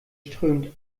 strömt